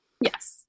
Yes